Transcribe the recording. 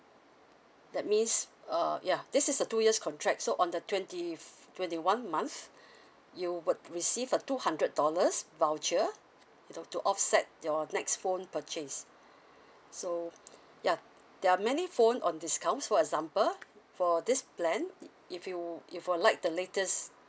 that means uh yeah this is a two years contract so on the twenty f~ twenty one month you would receive a two hundred dollars voucher to to offset your next phone purchase so yeah there are many phone on discount for example for this plan if you if you like the latest